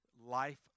Life